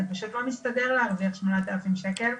פשוט לא מסתדר להרוויח שמונת אלפים שקל.